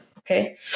Okay